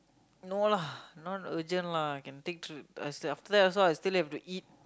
no lah not urgent lah can take train after that also I still have to eat